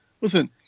listen